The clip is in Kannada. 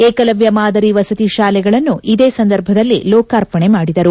ಏಕಲಷ್ಟ ಮಾದರಿ ವಸತಿ ಶಾಲೆಗಳನ್ನು ಇದೇ ಸಂದರ್ಭದಲ್ಲಿ ಲೋಕಾರ್ಪಣೆ ಮಾಡಿದರು